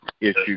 issue